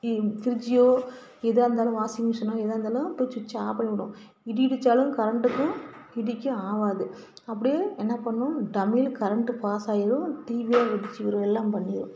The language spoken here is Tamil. டீ ஃப்ரிட்ஜோ எதாக இருந்தாலும் வாஷிங் மிஷினோ எதாக இருந்தாலும் போய் சுட்ச்சை ஆப் பண்ணி விடணும் இடி இடித்தாலும் கரெண்ட்டுக்கும் இடிக்கும் ஆகாது அப்படியே என்ன பண்ணும் டமில்னு கரண்டு பாஸ் ஆயிடும் டிவியே வெடிச்சிடும் எல்லாம் பண்ணிடும்